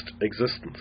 existence